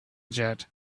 jet